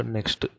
Next